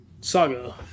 saga